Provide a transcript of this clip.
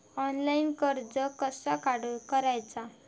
Online कर्ज कसा करायचा?